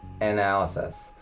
analysis